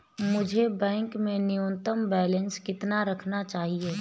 मुझे बैंक में न्यूनतम बैलेंस कितना रखना चाहिए?